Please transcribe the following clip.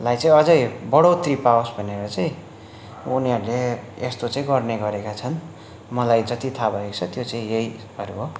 लाई चाहिँ अझ बढोत्तरी पावोस् भनेर चाहिँ उनीहरूले यस्तो चाहिँ गर्ने गरेका छन् मलाई जति थाहा भएको छ त्यो चाहिँ यहीहरू हो